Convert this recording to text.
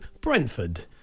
Brentford